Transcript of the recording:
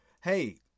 hey